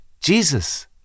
jesus